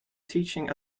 teaching